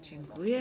Dziękuję.